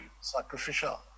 Sacrificial